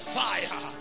fire